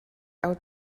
out